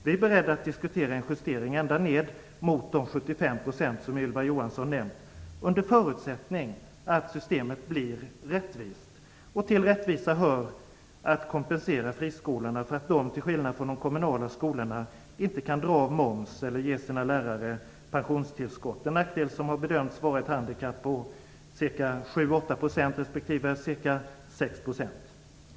Vi är beredda att diskutera en justering ända ned mot de 75 % som Ylva Johansson har nämnt, under förutsättning att systemet blir rättvist. Till rättvisa hör att man kompenserar friskolorna för att de, till skillnad från de kommunala skolorna, inte kan dra av moms eller ge sina lärare pensionstillskott. Det är en nackdel som har bedömts vara ett handikapp på ca 7 8 % respektive ca 6 %.